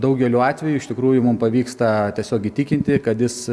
daugeliu atvejų iš tikrųjų mum pavyksta tiesiog įtikinti kad jis